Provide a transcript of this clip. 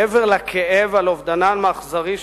מעבר לכאב על אובדנם האכזרי,